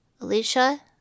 Alicia